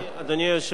אדוני היושב-ראש,